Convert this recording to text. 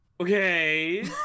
okay